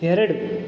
ಎರಡು